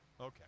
Okay